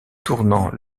tournant